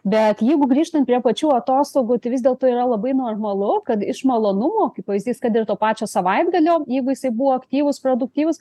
bet jeigu grįžtant prie pačių atostogų tai vis dėlto yra labai normalu kad iš malonumo kaip pavyzdys kad ir to pačio savaitgalio jeigu jisai buvo aktyvus produktyvus